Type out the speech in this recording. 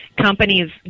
companies